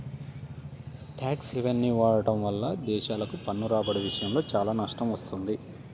tax హెవెన్ని వాడటం వల్ల దేశాలకు పన్ను రాబడి విషయంలో చాలా నష్టం వస్తుంది